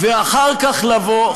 לפחות לא מינה,